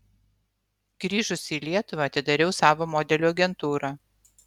grįžusi į lietuvą atidariau savo modelių agentūrą